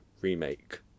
remake